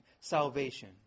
salvation